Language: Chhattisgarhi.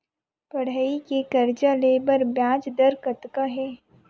पढ़ई के कर्जा ले बर ब्याज दर कतका हे?